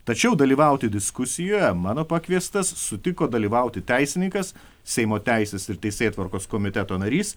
tačiau dalyvauti diskusijoje mano pakviestas sutiko dalyvauti teisininkas seimo teisės ir teisėtvarkos komiteto narys